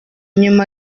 nyuma